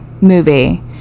movie